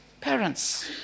parents